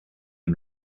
and